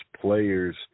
players